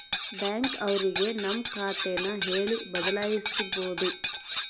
bank ಅವ್ರಿಗೆ ನಮ್ ಖಾತೆ ನ ಹೇಳಿ ಬದಲಾಯಿಸ್ಬೋದು